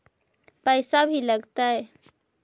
पैसा भी लगतय?